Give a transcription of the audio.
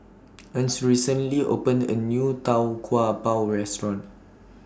Ernst recently opened A New Tau Kwa Pau Restaurant